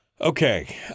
Okay